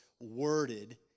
worded